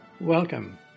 Welcome